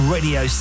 Radio